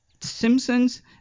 Simpsons